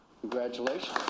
Congratulations